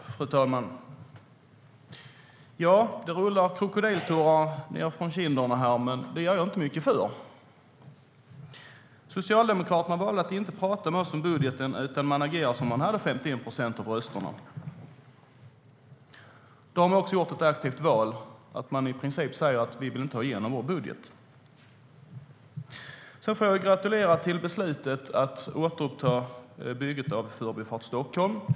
Fru talman! Det rullar krokodiltårar nedför kinderna, men det ger jag inte mycket för. Socialdemokraterna valde att inte prata med oss om budgeten, utan man agerade som om man hade 51 procent av rösterna. Då har man också gjort ett aktivt val i att man princip säger att man vill inte ha igenom sin budget. Jag får gratulera till beslutet att återuppta bygget av Förbifart Stockholm.